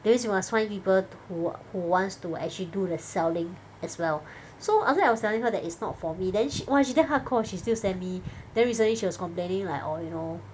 that means you must find people who who wants to actually do the selling as well so after that I was telling her that it's not for me then sh~ !wah! she damn hardcore she still send me then recently she was complaining like orh you know